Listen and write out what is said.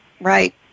right